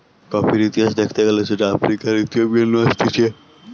কফির ইতিহাস দ্যাখতে গেলে সেটা আফ্রিকার ইথিওপিয়া নু আসতিছে